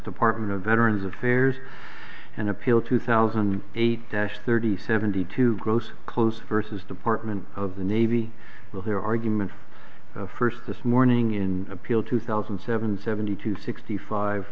department of veterans affairs and appeal two thousand and eight dash thirty seventy two gross clothes versus department of the navy will hear arguments first this morning in appeal two thousand and seven seventy two sixty five